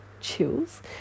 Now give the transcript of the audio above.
chills